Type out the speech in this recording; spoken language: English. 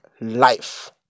life